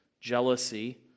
jealousy